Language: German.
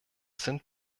sind